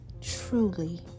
truly